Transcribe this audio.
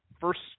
first